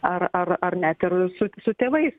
ar ar ar net ir su su tėvais